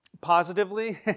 positively